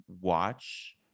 watch